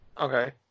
Okay